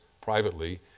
privately